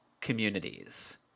communities